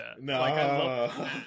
No